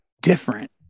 different